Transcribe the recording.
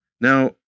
Now